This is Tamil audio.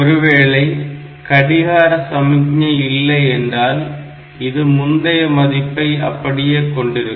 ஒருவேளை கடிகார சமிக்ஞை இல்லை என்றால் இது முந்தைய மதிப்பை அப்படியே கொண்டிருக்கும்